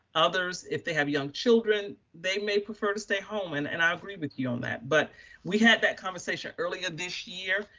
others, if they have young children, they may prefer to stay home. and and i agree with you on that. but we had that conversation earlier this year